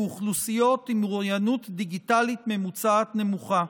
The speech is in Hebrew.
אוכלוסיות עם אוריינות דיגיטלית ממוצעת נמוכה.